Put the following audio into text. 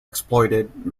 exploited